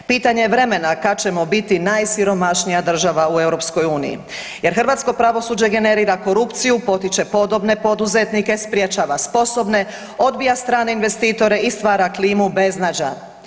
Pitanje je vremena kad ćemo biti najsiromašnija država u EU jer hrvatsko pravosuđe generira korupciju, potiče podobne poduzetnike, sprječava sposobne, odbija strane investitore i stvara klimu beznađa.